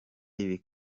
ibi